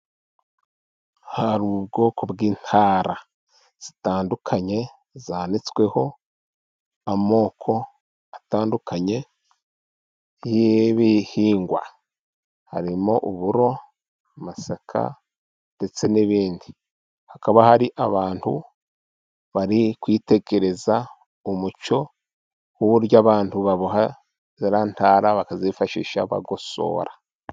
Hari ubwoko bw'intara zitandukanye, zanditsweho amoko atandukanye y'ibihingwa. Harimo uburo, amasaka ndetse n'ibindi. Hakaba hari abantu bari kwitegereza umuco w'uburyo abantu baboha ziriya ntara, bakazifashisha bagosora.